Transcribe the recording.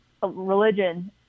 religion